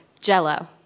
Jell-O